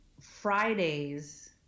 Fridays